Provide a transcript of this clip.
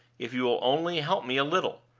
if you will only help me a little.